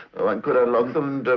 one could unlock them.